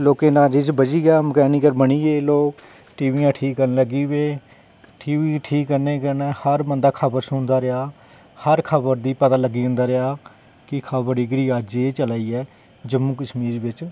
लोग कम्म बज्झी गेआ मैकेनिकल बनी गे लोग टीवी ठीक करन लग्गी पे ठीक कन्नै हर बंदा खबर सुनदा गेआ हर खबर दी बंदा पता लग्गी जंदा रेहा की खबर अज्ज एह् चला दी ऐ जम्मू कशमीर बिच